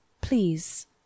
Please